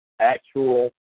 actual